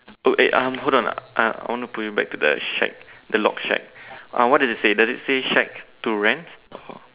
oh eh um hold on uh I want to pull you back to the shack the log shack uh what does it say does it say shack to rent or